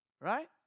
Right